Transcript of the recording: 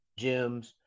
gyms